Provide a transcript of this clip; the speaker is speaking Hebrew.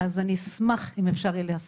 אה --- אז אני אשמח אם אפשר יהיה לעשות משהו.